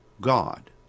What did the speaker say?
God